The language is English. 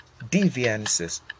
deviances